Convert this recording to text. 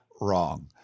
wrong